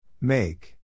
Make